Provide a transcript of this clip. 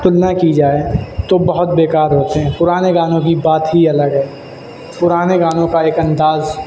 تلنا کی جائے تو بہت بیکار ہوتے ہیں پرانے گانوں کی بات ہی الگ ہے پرانے گانوں کا ایک انداز